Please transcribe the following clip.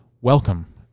welcome